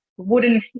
Wooden